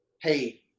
Hey